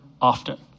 often